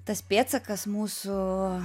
tas pėdsakas mūsų